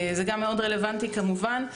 זה מאוד רלוונטי כמובן.